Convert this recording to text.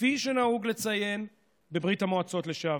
כפי שנהוג לציין בברית המועצות לשעבר,